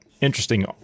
interesting